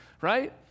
right